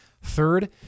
third